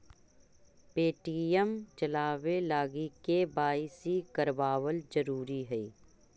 Paytm चलाबे लागी KYC करबाबल जरूरी हई